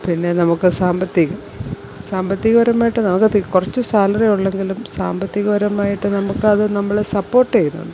പിന്നെ നമുക്ക് സാമ്പത്തികം സാമ്പത്തികപരമായിട്ട് നമുക്ക് കുറച്ചു സാലറി ഉള്ളെങ്കിലും സാമ്പത്തികപരമായിട്ട് നമുക്കത് നമ്മളെ സപ്പോർട്ടെയ്യുന്നുണ്ട്